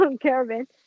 caravan